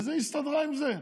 היא הסתדרה עם זה.